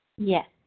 Yes